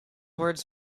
words